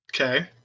Okay